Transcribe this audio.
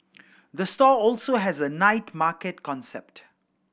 the store also has a night market concept